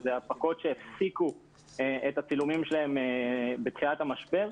אלה הפקות שהפסיקו את הצילומים שלהם בתחילת המשבר.